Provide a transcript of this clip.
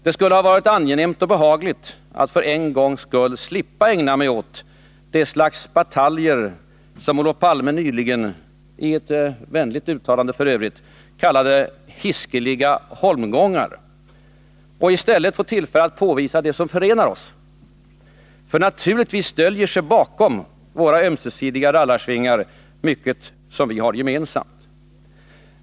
Det skulle ha varit angenämt att för en gångs skull slippa ägna mig åt det slags bataljer som Olof Palme nyligen i ett vänligt uttalande kallade ”hiskeliga holmgångar”. Och att i stället få tillfälle att påvisa det som förenar oss. Naturligtvis döljer sig bakom våra ömsesidiga rallarsvingar mycket som vi har gemensamt.